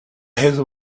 heather